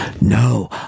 No